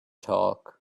talk